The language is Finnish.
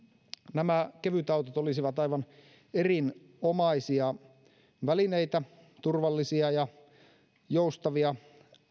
nämä kevytautot olisivat aivan erinomaisia välineitä turvallisia ja joustavia